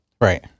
right